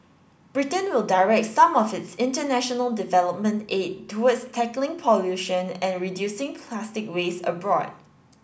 Britain will direct some of its international development aid towards tackling pollution and reducing plastic waste abroad